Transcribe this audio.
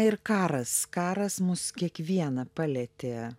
ir karas karas mus kiekvieną palietė